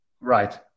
Right